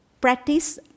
practice